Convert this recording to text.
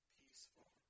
peaceful